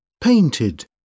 Painted